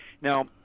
Now